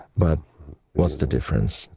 but what's the difference,